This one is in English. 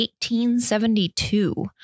1872